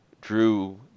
drew